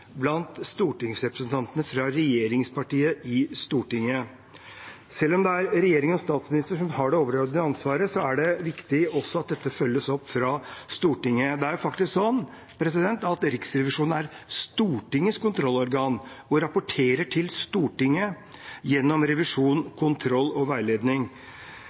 blant stortingsrepresentantene fra regjeringspartiene. Selv om det er regjeringen og statsministeren som har det overordnede ansvaret, er det også viktig at dette følges opp fra Stortinget. Det er faktisk sånn at Riksrevisjonen er Stortingets kontrollorgan og rapporterer til Stortinget gjennom revisjon, kontroll og veiledning.